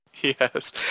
Yes